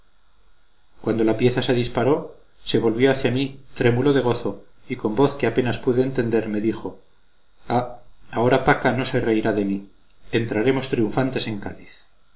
cuando la pieza se disparó se volvió hacia mí trémulo de gozo y con voz que apenas pude entender me dijo ah ahora paca no se reirá de mí entraremos triunfantes en cádiz